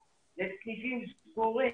אין לי ספק,